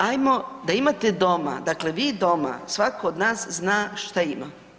Ajmo da imate doma, dakle vi doma, svatko od nas zna šta ima.